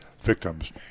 victims